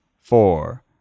four